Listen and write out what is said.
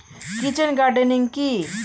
Kitchen gardening কি?